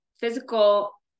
physical